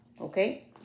okay